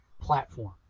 platform